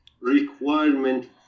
requirement